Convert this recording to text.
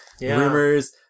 Rumors